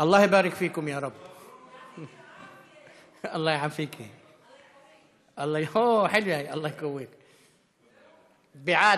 19 בעד,